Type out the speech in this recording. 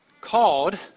called